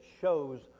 shows